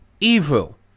evil